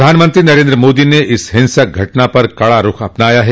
प्रधानमंत्री नरेन्द्र मोदी ने इस हिंसक घटना पर कड़ा रुख अपनाया है